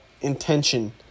intention